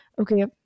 Okay